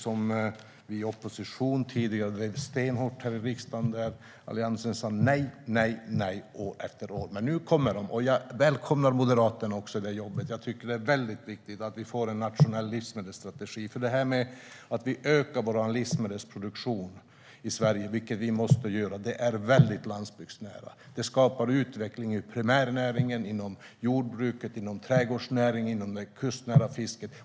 När vi var i opposition drev vi den frågan stenhårt i riksdagen, men Alliansen sa nej år efter år. Nu kommer den, och jag välkomnar Moderaterna i det jobbet. Det är viktigt att vi får en nationell livsmedelsstrategi. Att vi ökar vår livsmedelsproduktion i Sverige, vilket vi måste göra, är väldigt landsbygdsnära. Det skapar utveckling i primärnäringen, jordbruket, trädgårdsnäringen och det kustnära fisket.